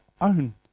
own